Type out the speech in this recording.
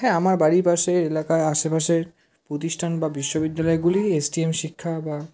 হ্যাঁ আমার বাড়ির পাশে এলাকায় আশেপাশের প্রতিষ্ঠান বা বিশ্ববিদ্যালয়গুলি এস টি এম শিক্ষা বা